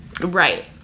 right